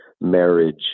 marriage